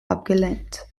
abgelehnt